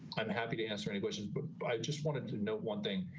i'm happy to answer any questions. but i just wanted to know one thing,